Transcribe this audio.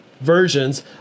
versions